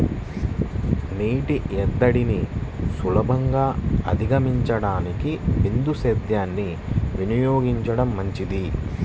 నీటి ఎద్దడిని సులభంగా అధిగమించడానికి బిందు సేద్యాన్ని వినియోగించడం మంచిది